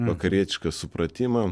vakarietišką supratimą